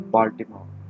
Baltimore